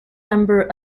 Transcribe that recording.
number